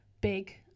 big